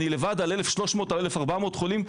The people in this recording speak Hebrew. אני לבד על 1,300 או 1,400 חולים,